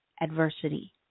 adversity